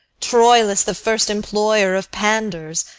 troilus the first employer of panders,